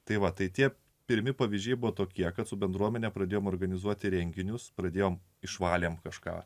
tai va tai tie pirmi pavyzdžiai buvo tokie kad su bendruomene pradėjome organizuoti renginius pradėjome išvalėme kažką